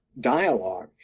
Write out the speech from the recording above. dialogue